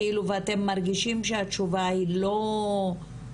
כאילו ואתם מרגישים שהתשובה היא לא עונה,